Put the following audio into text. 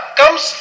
comes